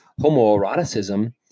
homoeroticism